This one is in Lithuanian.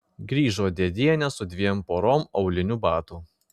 grįžo dėdienė su dviem porom aulinių batų